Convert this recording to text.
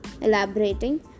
Elaborating